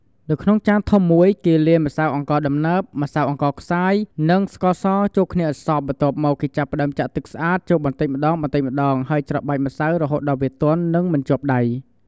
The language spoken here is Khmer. នៅក្នុងចានធំមួយ គេលាយ ម្សៅអង្ករដំណើប ម្សៅអង្ករខ្សាយ និង ស្ករស ចូលគ្នាឲ្យសព្វ បន្ទាប់មក គេចាប់ផ្តើមចាក់ ទឹកស្អាត ចូលបន្តិចម្តងៗ ហើយច្របាច់ម្សៅរហូតដល់វាទន់ និងមិនជាប់ដៃ។